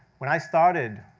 when i started,